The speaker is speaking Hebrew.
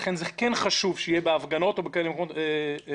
ולכן זה כן חשוב שיהיו בהפגנות או בכאלה מקומות מצלמות.